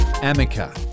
Amica